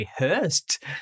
rehearsed